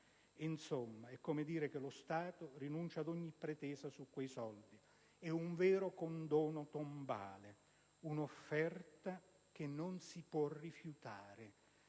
insomma, è come dire che lo Stato rinuncia ad ogni pretesa su quei soldi; si tratta di un vero condono tombale, un'offerta che non si può rifiutare.